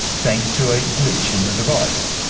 thanks to a glitch in the device.